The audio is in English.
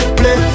play